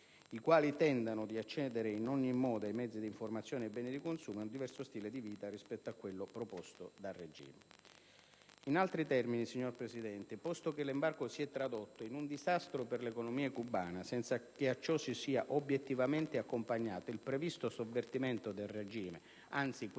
i quali tentano di accedere in ogni modo ai mezzi di informazione e ai beni di consumo e ad un diverso stile di vita rispetto a quello proposto dal regime. In altri termini, signor Presidente, posto che l'embargo si è tradotto in un disastro per l'economia cubana, senza che a ciò si sia obiettivamente accompagnato il previsto sovvertimento del regime, anzi, questo negli anni si è consolidato,